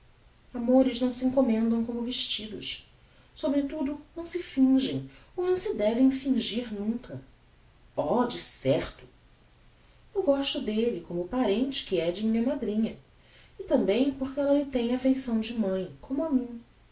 amores não se encommendam como vestidos sobretudo não se fingem ou não se devem fingir nunca oh decerto eu gosto delle como parente que é de minha madrinha e também por que ella lhe tem affeição de mãe como a mim